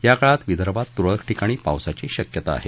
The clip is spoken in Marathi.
या काळात विदर्भात तुरळक ठिकाणी पावासाची शक्यता आहे